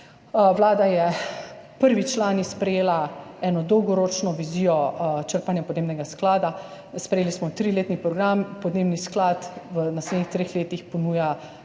Vlada je prvič lani sprejela eno dolgoročno vizijo črpanja podnebnega sklada. Sprejeli smo triletni program. Podnebni sklad v naslednjih treh letih ponuja